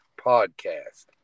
podcast